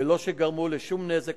בלא שגרמו לו נזק.